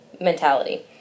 mentality